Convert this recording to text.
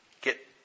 get